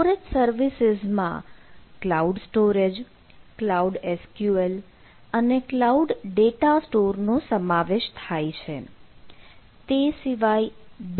storage સર્વિસીસમાં cloud storage cloud SQL અને cloud data store નો સમાવેશ થાય છે